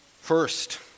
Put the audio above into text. First